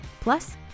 plus